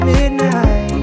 Midnight